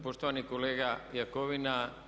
Poštovani kolega Jakovina.